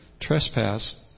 trespass